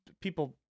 people